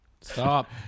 Stop